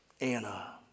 Anna